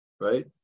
right